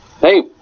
hey